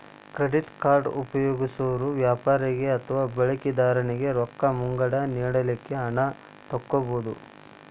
credit card ಉಪಯೊಗ್ಸೊರು ವ್ಯಾಪಾರಿಗೆ ಅಥವಾ ಬಳಕಿದಾರನಿಗೆ ರೊಕ್ಕ ಮುಂಗಡ ನೇಡಲಿಕ್ಕೆ ಹಣ ತಕ್ಕೊಬಹುದು